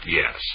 yes